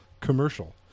commercial